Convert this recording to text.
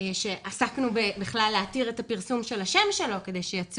מורה שעסקנו בכלל בהתרת פרסום שמו.